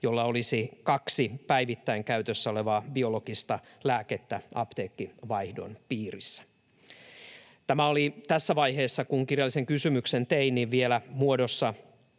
jolla olisi kaksi päivittäin käytössä olevaa biologista lääkettä apteekkivaihdon piirissä. Siinä vaiheessa kun kirjallisen kysymyksen tein, tämä oli